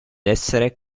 essere